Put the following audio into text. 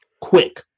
quick